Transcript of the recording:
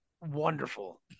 wonderful